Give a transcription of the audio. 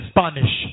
Spanish